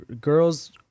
Girls